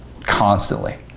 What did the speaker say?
constantly